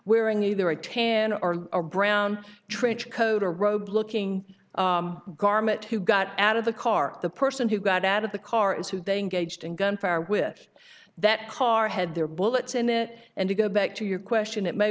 wearing either a tan or a brown trench coat a robe looking garment who got out of the car the person who got out of the car is who they engaged in gunfire with that car had their bullets in it and to go back to your question it may